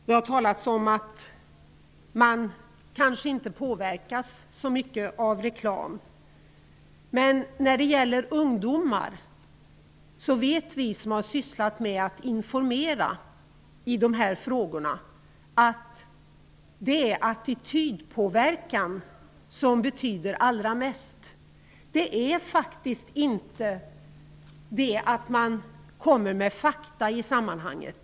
Det har talats om att man kanske inte påverkas så mycket av reklam. Men när det gäller ungdomar vet vi som har sysslat med att informera i de här frågorna att det är attitydpåverkan som betyder allra mest, inte att man kommer med fakta i sammanhanget.